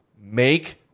Make